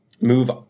move